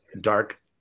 dark